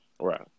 Right